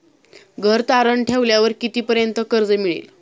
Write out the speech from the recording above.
घर तारण ठेवल्यावर कितीपर्यंत कर्ज मिळेल?